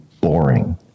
boring